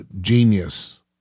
genius